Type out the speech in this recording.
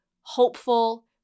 hopeful